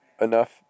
enough